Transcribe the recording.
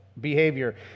behavior